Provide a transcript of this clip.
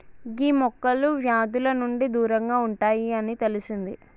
గీ మొక్కలు వ్యాధుల నుండి దూరంగా ఉంటాయి అని తెలిసింది